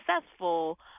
successful